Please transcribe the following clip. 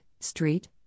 street